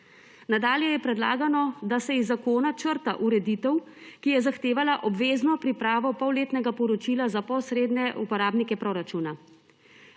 Nadalje je predlagano, da se iz zakona črta ureditev, ki je zahtevala obvezno pripravo polletnega poročila za posredne uporabnike proračuna.